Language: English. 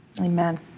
Amen